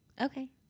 Okay